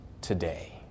today